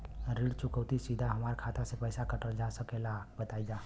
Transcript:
ऋण चुकौती सीधा हमार खाता से पैसा कटल जा सकेला का बताई जा?